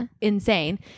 insane